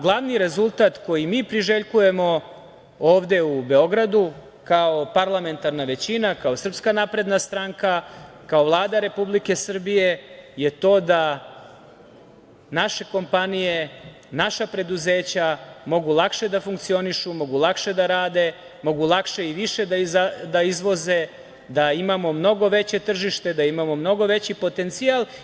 Glavni rezultat koji mi priželjkujemo ovde u Beogradu kao parlamentarna većina, kao SNS, kao Vlada Republike Srbije je to da naše kompanije, naša preduzeća mogu lakše da funkcionišu, mogu lakše da rade, mogu lakše i više da izvoze, da imamo mnogo veće tržište, da imamo mnogo veći potencijal.